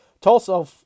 Tulsa